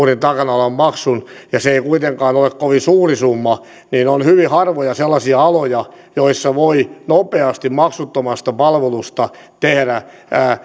takana olevan maksun ja kun se ei kuitenkaan ole kovin suuri summa niin on hyvin harvoja sellaisia aloja joissa voi nopeasti maksuttomasta palvelusta tehdä